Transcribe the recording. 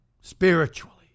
spiritually